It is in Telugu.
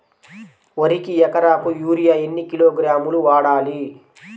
వరికి ఎకరాకు యూరియా ఎన్ని కిలోగ్రాములు వాడాలి?